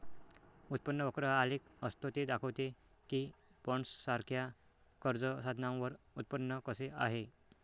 उत्पन्न वक्र हा आलेख असतो ते दाखवते की बॉण्ड्ससारख्या कर्ज साधनांवर उत्पन्न कसे आहे